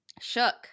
shook